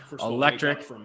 electric